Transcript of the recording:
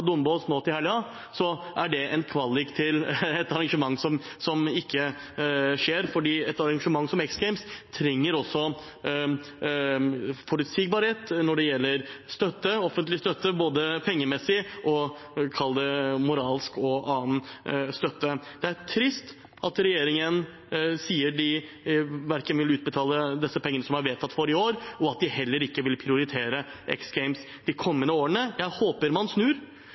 Dombås nå til helgen, er det en kvalik til et arrangement som ikke skjer, for et arrangement som X Games trenger også forutsigbarhet når det gjelder offentlig støtte, både pengemessig, moralsk og annen støtte. Det er trist at regjeringen sier de ikke vil utbetale disse pengene som er vedtatt for i år, og at de heller ikke vil prioritere X Games de kommende årene. Jeg håper man snur.